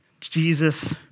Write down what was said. Jesus